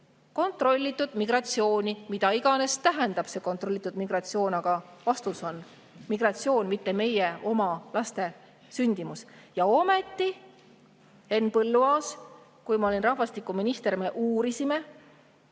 kontrollitud migratsiooni. Mida iganes tähendab see kontrollitud migratsioon, aga vastus on migratsioon, mitte meie oma laste sündimine. Ja ometi, Henn Põlluaas, kui ma olin rahvastikuminister, me uurisime